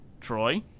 Troy